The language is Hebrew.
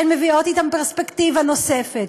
הן מביאות אתן פרספקטיבה נוספת.